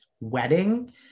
wedding